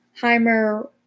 Heimer